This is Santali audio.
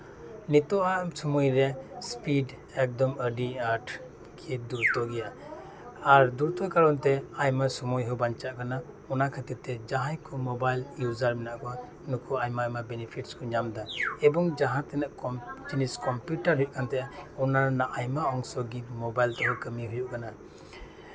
ᱱᱤᱛᱚᱜ ᱟᱜ ᱥᱚᱢᱚᱭ ᱨᱮ ᱥᱯᱤᱰ ᱮᱠᱫᱚᱢ ᱟᱹᱰᱤ ᱟᱸᱴ ᱜᱮ ᱫᱩᱨᱚᱛᱛᱚ ᱜᱮᱭᱟ ᱟᱨ ᱫᱩᱨᱚᱛᱛᱚ ᱠᱟᱨᱚᱱ ᱛᱮ ᱟᱭᱢᱟ ᱥᱚᱢᱚᱭ ᱦᱚᱸ ᱵᱟᱧᱪᱟᱜ ᱠᱟᱱᱟ ᱚᱱᱟ ᱠᱷᱟᱹᱛᱤᱨ ᱛᱮ ᱡᱟᱦᱟᱸᱭ ᱠᱚ ᱢᱳᱵᱟᱭᱤᱞ ᱤᱭᱩᱡᱟᱨ ᱢᱮᱱᱟᱜ ᱠᱚᱣᱟ ᱱᱩᱠᱩ ᱟᱭᱢᱟ ᱟᱭᱢᱟ ᱵᱤᱱᱤᱯᱷᱤᱴ ᱠᱚ ᱧᱟᱢ ᱮᱫᱟ ᱮᱵᱚᱝ ᱡᱟᱦᱟᱸ ᱛᱤᱱᱟᱹᱜ ᱠᱚᱢ ᱠᱚᱢᱯᱤᱭᱩᱴᱟᱨ ᱞᱮᱠᱟ ᱚᱱᱟ ᱨᱮᱭᱟᱜ ᱟᱭᱢᱟ ᱚᱝᱥᱚ ᱜᱮ ᱢᱳᱵᱟᱭᱤᱞ ᱛᱮᱦᱚᱸ ᱠᱟᱹᱢᱤ ᱦᱩᱭᱩᱜ ᱠᱟᱱᱟ